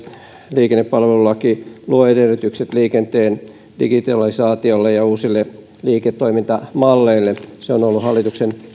liikennepalvelulaki luo edellytykset liikenteen digitalisaatiolle ja uusille liiketoimintamalleille se on ollut hallituksen